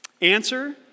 Answer